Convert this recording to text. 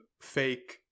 fake